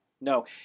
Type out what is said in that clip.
No